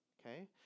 okay